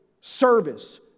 service